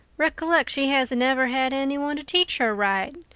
recollect she hasn't ever had anyone to teach her right.